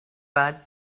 but